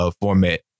format